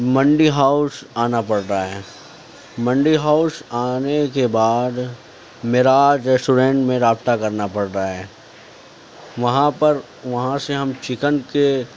منڈی ہاؤس آنا پڑتا ہے منڈی ہاؤس آنے کے بعد معراج ریسٹورینٹ میں رابطہ کرنا پڑتا ہے وہاں پر وہاں سے ہم چکن کے